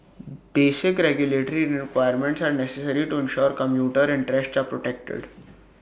basic regulatory requirements are necessary to ensure commuter interests are protected